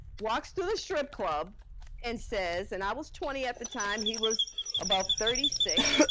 walks through the strip club and says, and i was twenty at the time, he was about thirty six,